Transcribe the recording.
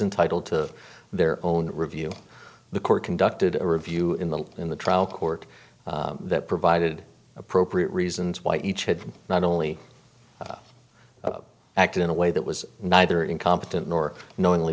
entitle to their own review the court conducted a review in the in the trial court that provided appropriate reasons why each had not only acted in a way that was neither incompetent nor knowingly